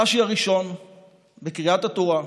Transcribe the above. הרש"י הראשון בקריאת התורה,